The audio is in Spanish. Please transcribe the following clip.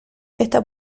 esta